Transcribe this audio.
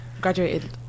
graduated